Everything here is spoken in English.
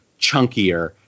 chunkier